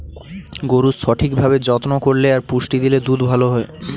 গরুর সঠিক ভাবে যত্ন করলে আর পুষ্টি দিলে দুধ ভালো হয়